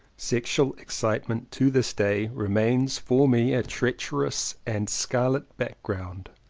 sexual excitement to this day remains for me a treacherous and scarlet background,